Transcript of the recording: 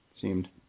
seemed